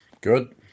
Good